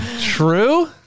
True